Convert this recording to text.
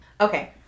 Okay